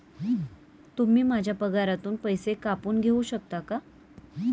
तुम्ही माझ्या पगारातून पैसे कापून घेऊ शकता का?